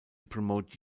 promote